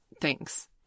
Thanks